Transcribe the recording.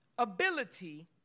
ability